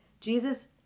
Jesus